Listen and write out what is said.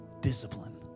Discipline